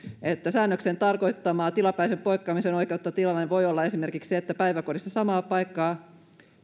että säännöksen tarkoittama tilapäiseen poikkeamiseen oikeuttava tilanne voi olla esimerkiksi se että päiväkodissa samaa paikkaa